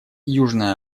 южная